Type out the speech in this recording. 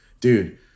Dude